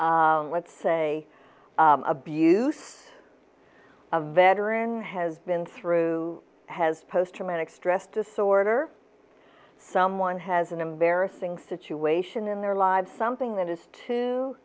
let's say abuse a veteran has been through has post traumatic stress disorder someone has an embarrassing situation in their lives something that is too